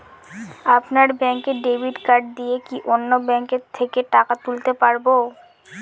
আপনার ব্যাংকের debit card দিয়ে কি অন্য ব্যাংকের থেকে টাকা তুলতে পারবো?